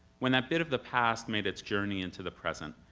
when that bit of the past made its journey into the present,